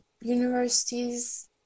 universities